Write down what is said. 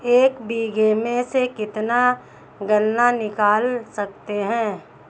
एक बीघे में से कितना गन्ना निकाल सकते हैं?